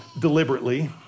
deliberately